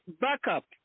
backup